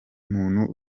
muntu